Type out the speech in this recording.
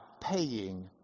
paying